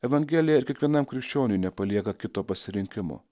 evangelija ir kiekvienam krikščioniui nepalieka kito pasirinkimo